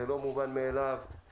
זה לא מובן מאליו,